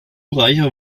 reicher